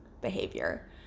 behavior